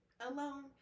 alone